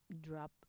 drop